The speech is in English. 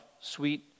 sweet